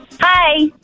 Hi